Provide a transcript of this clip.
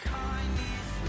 kindness